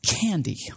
Candy